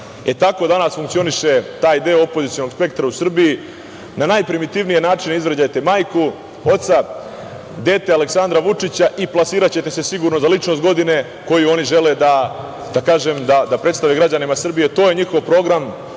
tako danas funkcioniše taj deo opozicionog spektra u Srbiji. Na najprimitivnije načine izvređajte majku, oca, dete Aleksandra Vučića i plasiraćete se sigurno da ličnost godine koju oni žele, da kažem, da predstave građanima Srbije. To je njihov program.